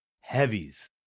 heavies